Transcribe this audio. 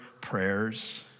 prayers